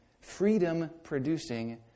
freedom-producing